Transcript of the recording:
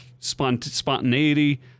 spontaneity